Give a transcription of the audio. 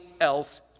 else